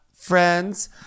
friends